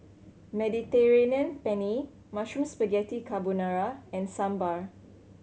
Mediterranean Penne Mushroom Spaghetti Carbonara and Sambar